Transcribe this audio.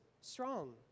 strong